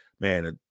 Man